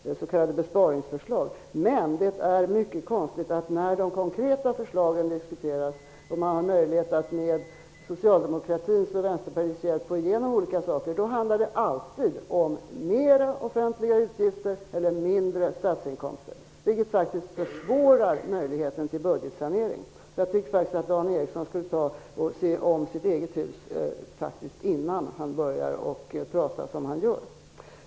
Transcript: Det konstiga är att när de konkreta förslagen diskuteras och man har möjlighet att med socialdemokratins och Vänsterpartiets hjälp få igenom olika saker, handlar det alltid om större offentliga utgifter eller om mindre statsinkomster. vilket minskar möjligheterna till budgetsanering. Jag tycker att Dan Eriksson i Stockholm skulle se om sitt eget hus innan han börjar tala så som han gör.